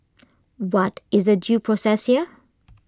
what is the due process here